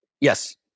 Yes